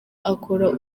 akora